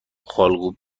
خالکوبی